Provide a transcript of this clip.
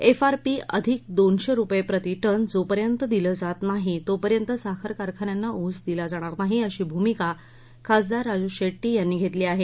F R P अधिक दोनशे रुपये प्रति टन जो पर्यंत दिले जात नाहीत तोपर्यंत साखर कारखान्यांना ऊस दिला जाणार नाही अशी भूमिका खासदार राजू शेट्टी यांनी घेतली आहे